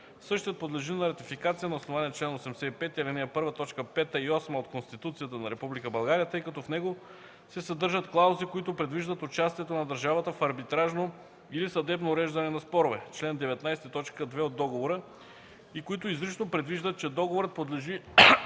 Същият подлежи на ратификация на основание чл. 85, ал. 1, т. 5 и 8 от Конституцията на Република България, тъй като в него се съдържат клаузи, които предвиждат участието на държавата в арбитражно или съдебно уреждане на спорове (чл. 19, т. 2 от договора), и които изрично предвиждат, че договорът подлежи